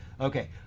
Okay